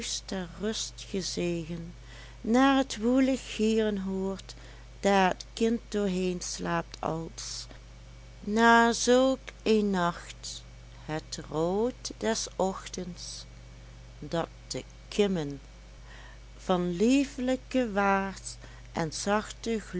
ter rust gezegen naar t woelig gieren hoort daar t kind doorheen slaapt als na zulk een nacht het rood des uchtends dat de kimmen van liefelijken waas en